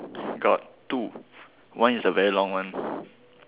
got two one is the very long one